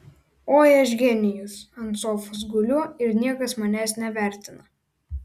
oi aš genijus ant sofos guliu ir niekas manęs nevertina